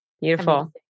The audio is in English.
Beautiful